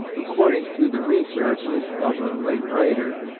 according to the researches of a late writer,